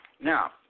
Now